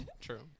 true